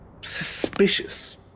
suspicious